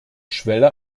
schwelle